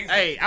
Hey